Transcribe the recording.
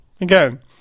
again